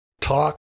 talk